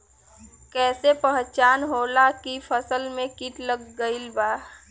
कैसे पहचान होला की फसल में कीट लग गईल बा?